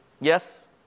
Yes